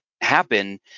happen